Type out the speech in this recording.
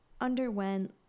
underwent